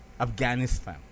Afghanistan